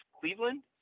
Cleveland